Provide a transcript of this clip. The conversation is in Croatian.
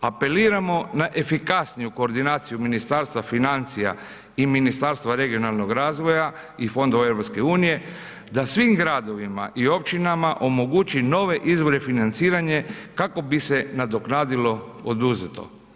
Apeliramo na efikasniju koordinaciju Ministarstva financija i Ministarstva regionalnog razvoja i fondova EU da svim gradovima i općinama omogući nove izvore financiranje kako bi se nadoknadilo oduzeto.